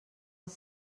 els